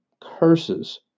curses